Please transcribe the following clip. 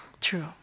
true